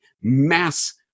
mass